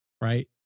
right